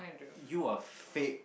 you are fake